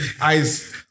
ice